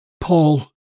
Paul